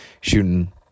Shooting